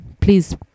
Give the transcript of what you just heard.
please